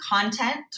content